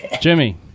Jimmy